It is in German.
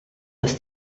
das